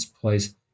place